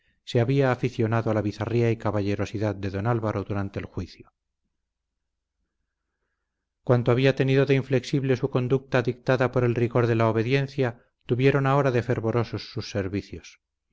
se había aficionado a la bizarría y caballerosidad de don álvaro durante el juicio cuanto había tenido de inflexible su conducta dictada por el rigor de la obediencia tuvieron ahora de fervorosos sus servicios